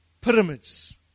pyramids